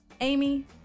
Amy